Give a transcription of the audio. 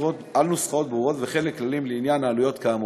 לנוסחאות ברורות וכן לכללים לעניין העלויות כאמור.